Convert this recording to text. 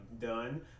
done